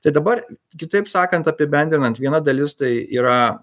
tai dabar kitaip sakant apibendrinant viena dalis tai yra